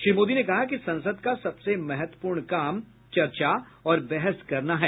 श्री मोदी ने कहा कि संसद का सबसे महत्वपूर्ण काम चर्चा और बहस करना है